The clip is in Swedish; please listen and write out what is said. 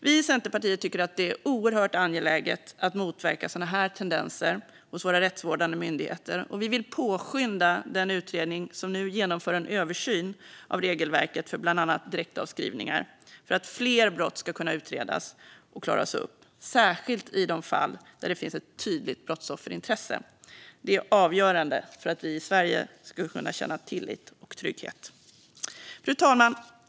Vi i Centerpartiet tycker att det är oerhört angeläget att motverka sådana här tendenser hos våra rättsvårdande myndigheter, och vi vill påskynda den utredning som nu genomför en översyn av regelverket för bland annat direktavskrivningar. Detta för att fler brott ska kunna utredas och klaras upp, särskilt i de fall där det finns ett tydligt brottsofferintresse. Det är avgörande för att vi i Sverige ska kunna känna tillit och trygghet. Fru talman!